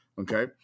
okay